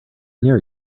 near